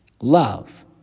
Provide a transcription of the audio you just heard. Love